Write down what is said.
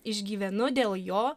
išgyvenu dėl jo